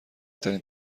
ترین